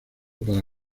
para